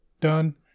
done